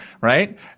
right